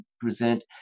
present